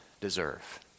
deserve